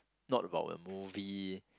not about a movie